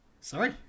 Sorry